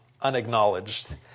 unacknowledged